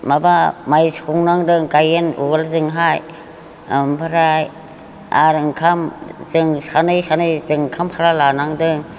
माबा माइ सौनांदों गाहेन उवालजोंहाय ओमफ्राय आरो ओंखाम जों सानै सानै जों ओंखामफ्रा लानांदों